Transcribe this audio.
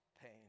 pain